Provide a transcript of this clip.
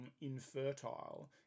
infertile